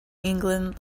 england